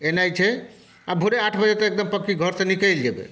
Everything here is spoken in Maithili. एनाइ जे छै आ भोरे आठ बजे तक एकदम पक्की घरसँ निकलि जेबै